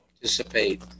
participate